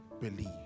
believe